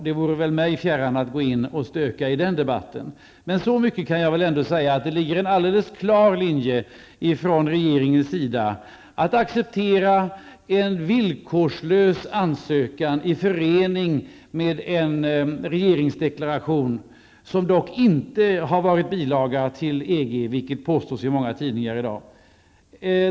Det är mig fjärran att gå in och stöka i den debatten, men så mycket kan jag väl ändå säga att det finns en alldeles klar linje på regeringshåll att acceptera en villkorslös ansökan i förening med en regeringsdeklaration, som dock inte har varit bilaga till EG, vilket påstås i många tidningar i dag.